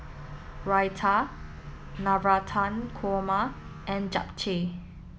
Raita Navratan Korma and Japchae